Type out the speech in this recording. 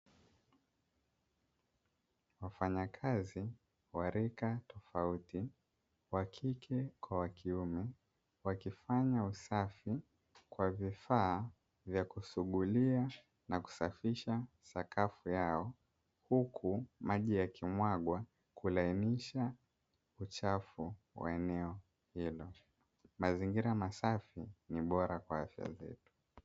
Wafanyakazi wa rika tofauti wa kike wakifanya usafi kwa vifaa vya kusugulia na kusafisha sakafu yao, huku maji yakimwagwa kulainisha uchafu wa eneo hilo, mazingira masafi ni bora kwa afya.